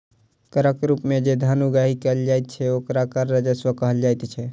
करक रूप मे जे धन उगाही कयल जाइत छै, ओकरा कर राजस्व कहल जाइत छै